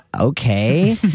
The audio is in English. okay